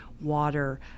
water